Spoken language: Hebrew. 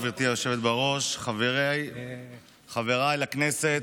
גברתי היושבת-ראש, חבריי לכנסת,